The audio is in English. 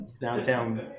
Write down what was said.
downtown